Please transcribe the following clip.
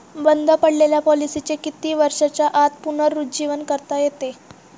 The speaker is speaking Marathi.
बंद पडलेल्या पॉलिसीचे किती वर्षांच्या आत पुनरुज्जीवन करता येते?